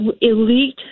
elite